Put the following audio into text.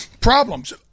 problems